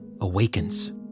awakens